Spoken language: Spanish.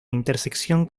intersección